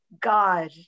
God